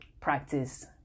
practice